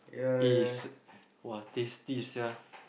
it's !wah! tasty sia